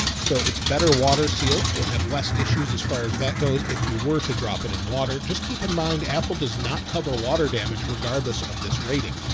so it's better water sealed. you'll have less issues. as far as that goes. if you were to drop it in water, just keep in mind. apple does not cover water damage regardless of this rating.